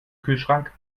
kühlschrank